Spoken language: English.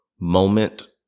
moment